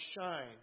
shine